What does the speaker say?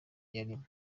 yarimo